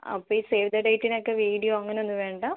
അപ്പോൾ ഈ save the ഡേറ്റിന് ഒക്കെ വീഡിയോ അങ്ങനെ ഒന്നും വേണ്ടേ